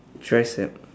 tricep